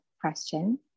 question